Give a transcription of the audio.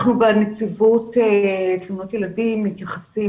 אנחנו בנציבות תלונות ילדים מתייחסים